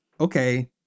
Okay